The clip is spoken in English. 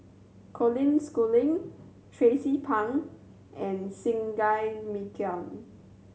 Colin Schooling Tracie Pang and Singai